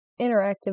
interactive